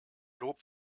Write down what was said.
lob